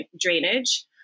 drainage